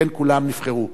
שכן כולן נבחרו.